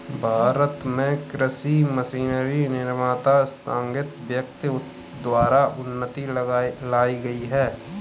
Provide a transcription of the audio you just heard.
भारत में कृषि मशीनरी निर्माता स्थगित व्यक्ति द्वारा उन्नति लाई गई है